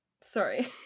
sorry